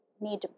need